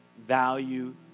value